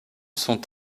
sont